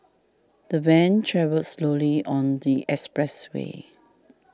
the van travelled slowly on the expressway